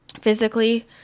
physically